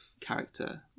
character